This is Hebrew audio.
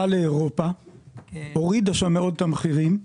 לאירופה והורידה שם מאוד את המחירים.